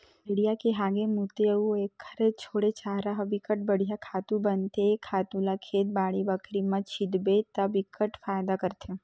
भेड़िया के हागे, मूते अउ एखर छोड़े चारा ह बिकट बड़िहा खातू बनथे ए खातू ल खेत, बाड़ी बखरी म छितबे त बिकट फायदा करथे